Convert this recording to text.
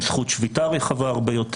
עם זכות שביתה רחבה הרבה יותר.